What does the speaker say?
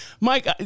Mike